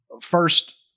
First